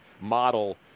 model